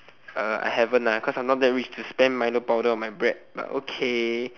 uh I haven't ah cause I not that rich to spam milo powder on my bread but okay